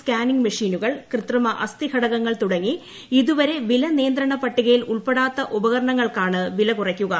scanning മെഷിനുകൾ കൃത്രിമ അസ്ഥിഘടകങ്ങൾ തുടങ്ങി ഇതുവരെ വിലനിയന്ത്രണ പട്ടികയിൽ ഉൾപ്പെടാത്ത ഉപകരണങ്ങൾക്കാണ് വില കുറയ്ക്കുക